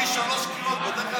טוב.